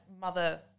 mother